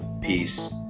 peace